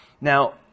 now